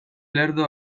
lerdo